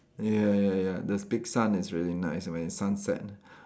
ya ya ya the big sun is really nice when it's sunset